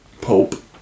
Pope